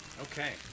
Okay